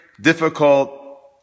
difficult